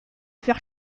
faire